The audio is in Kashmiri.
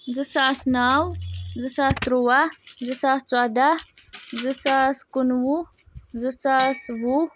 زٕ ساس نَو زٕ ساس تُرٛواہ زٕ ساس ژۄداہ زٕ ساس کُنہٕ وُہ زٕ ساس وُہ